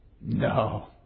No